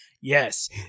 yes